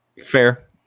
Fair